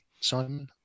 Simon